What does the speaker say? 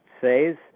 says